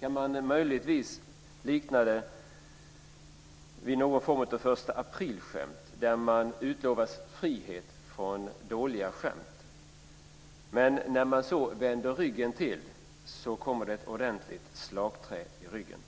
Kan det möjligtvis liknas vid någon form av första april-skämt där man utlovas frihet från dåliga skämt, men när man vänder ryggen till kommer det ett ordentligt slagträ i ryggen?